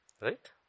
Right